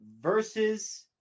versus